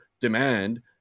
demand